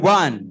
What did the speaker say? one